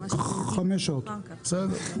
חמש שעות, בסדר?